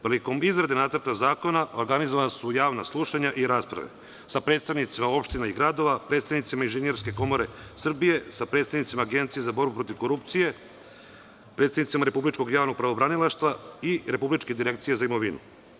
Prilikom izrade nacrta zakona organizovana su javna slušanja i rasprave sa predstavnicima opština i gradova, predstavnicima Inženjerske komore Srbije, sa predstavnicima Agencije za borbu protiv korupcije, predstavnicima Republičkog javnog pravobranilaštva i Republičke direkcije za imovinu.